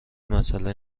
مسئله